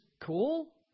cool